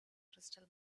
crystal